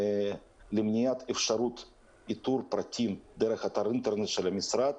למניעת אפשרות לאיתור הפרטים דרך אתר האינטרנט של המשרד,